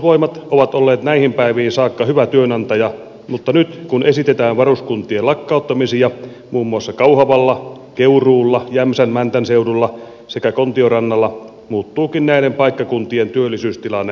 puolustusvoimat on ollut näihin päiviin saakka hyvä työnantaja mutta nyt kun esitetään varuskuntien lakkauttamisia muun muassa kauhavalla keuruulla jämsän ja mäntän seudulla sekä kontiorannalla muuttuukin näiden paikkakuntien työllisyystilanne oleellisesti